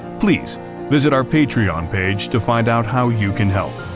please visit our patreon page to find out how you can help,